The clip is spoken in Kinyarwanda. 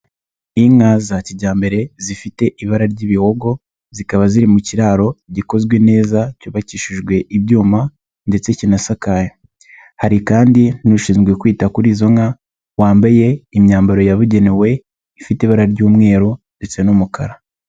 Inka za kijyambere zifite ibara ry'ibihogo, zikaba ziri mu kiraro gikozwe neza cyubakishijwe ibyuma, ndetse kinasakaye. Hari kandi n'ushinzwe kwita kuri izo nka, wambaye imyambaro yabugenewe ifite ibara ry'umweru ndetse n’umukara.